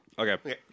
Okay